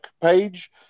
page